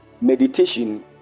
meditation